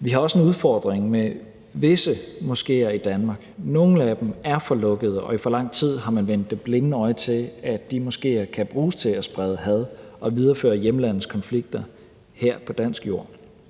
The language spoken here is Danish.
Vi har også en udfordring med visse moskéer i Danmark. Nogle af dem er for lukkede, og i for lang tid har man vendt det blinde øje til, at de moskéer kan bruges til at sprede had og videreføre hjemlandets konflikter her på dansk jord.